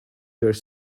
dare